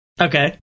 Okay